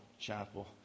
chapel